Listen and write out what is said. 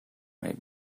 might